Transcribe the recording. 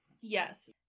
Yes